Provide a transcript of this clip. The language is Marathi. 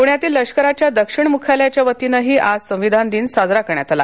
प्ण्यातील लष्कराच्या दक्षिण मुख्यालयाच्या वतीनेही आज संविधान दिन साजरा करण्यात आला